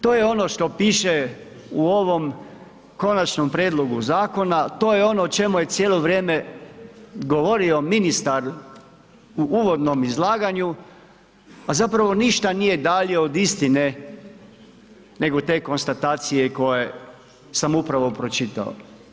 To je ono što piše u ovom konačnom prijedlogu zakona, to je ono o čemu je cijelo vrijeme govorio ministar u uvodnom izlaganju, a zapravo ništa nije dalje od istine nego te konstatacije koje sam upravo pročitao.